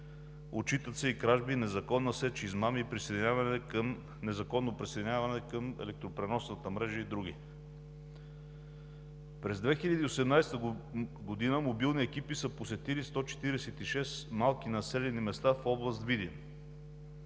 отчитат се и кражби, незаконна сеч, измами, незаконно присъединяване към електропреносната мрежа и други. През 2018 г. мобилни екипи са посетили 146 малки населени места в област Видин.